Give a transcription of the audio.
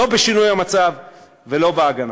לא בשינוי המצב ולא בהגנה.